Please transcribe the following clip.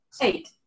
Eight